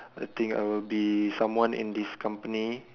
I think I would be someone in this company